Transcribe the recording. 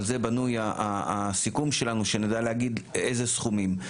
על זה בנוי הסיכום שלנו שנדע להגיד איזה סכומים.